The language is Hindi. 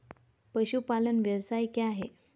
पशुपालन व्यवसाय क्या है?